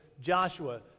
Joshua